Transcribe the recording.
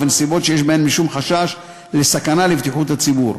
ובנסיבות שיש בהן משום חשש לסכנה לבטיחות הציבור.